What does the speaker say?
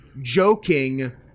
joking